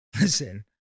listen